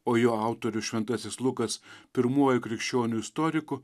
o jo autorius šventasis lukas pirmuoju krikščionių istoriku